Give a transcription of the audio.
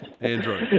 Andrew